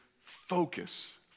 Focus